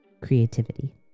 creativity